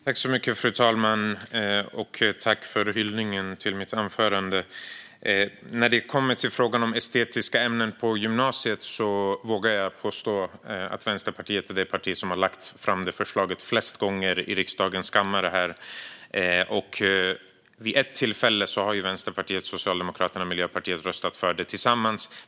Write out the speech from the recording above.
Fru talman! Tack för hyllningen till mitt anförande! När det kommer till frågan om estetiska ämnen på gymnasiet vågar jag påstå att Vänsterpartiet är det parti som har lagt fram det förslaget flest gånger i riksdagens kammare. Vid ett tillfälle har Vänsterpartiet, Socialdemokraterna och Miljöpartiet röstat för det tillsammans.